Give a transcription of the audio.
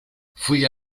fui